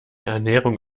ernährung